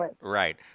right